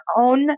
own